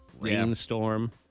Rainstorm